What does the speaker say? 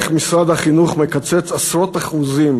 איך משרד החינוך מקצץ עשרות אחוזים